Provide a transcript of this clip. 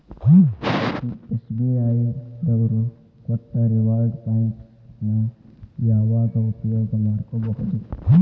SBI ದವ್ರು ಕೊಟ್ಟ reward points ನ ಯಾವಾಗ ಉಪಯೋಗ ಮಾಡ್ಕೋಬಹುದು?